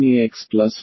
cos ax